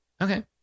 okay